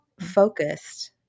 focused